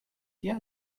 tia